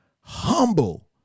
humble